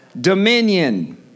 dominion